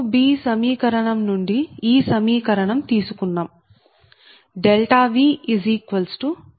2 సమీకరణం నుండి ఈ సమీకరణం తీసుకున్నాం VZBUSCf